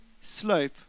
slope